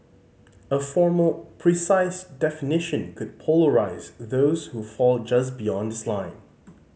a formal precise definition could polarise those who fall just beyond this line